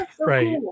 right